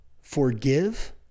forgive